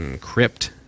Crypt